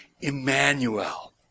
Emmanuel